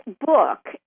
book